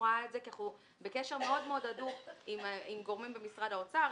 ראה את זה כי אנחנו בקשר מאוד מאוד הדוק עם גורמים במשרד האוצר,